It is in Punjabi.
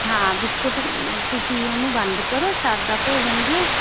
ਹਾਂ ਬਿਸਕੁਟ ਤੁਸੀਂ ਉਹਨੂੰ ਬੰਦ ਕਰੋ ਸਾਦਾ ਭੋਜਨ ਦਿਓ